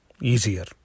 easier